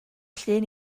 llun